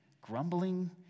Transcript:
Grumbling